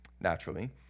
naturally